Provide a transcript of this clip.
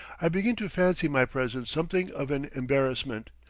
i begin to fancy my presence something of an embarrassment,